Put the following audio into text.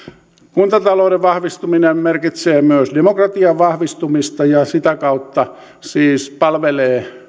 kuntatalouden vahvistuminen merkitsee myös demokratian vahvistumista ja sitä kautta siis palvelee